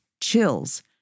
chills